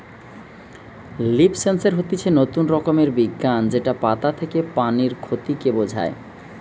leaf sensor হতিছে নতুন রকমের বিজ্ঞান যেটা পাতা থেকে পানির ক্ষতি কে বোঝায়